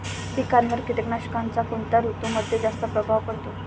पिकांवर कीटकनाशकांचा कोणत्या ऋतूमध्ये जास्त प्रभाव पडतो?